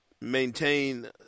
maintain